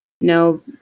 No